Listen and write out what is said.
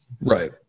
Right